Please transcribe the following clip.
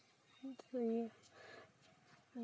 ᱤᱱᱟᱹᱜᱮ